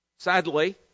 Sadly